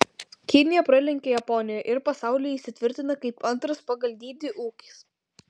kinija pralenkia japoniją ir pasaulyje įsitvirtina kaip antras pagal dydį ūkis